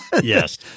Yes